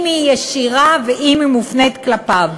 אם היא ישירה ואם היא מופנית כלפיו.